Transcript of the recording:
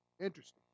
Interesting